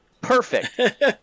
Perfect